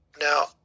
Now